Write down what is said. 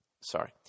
Sorry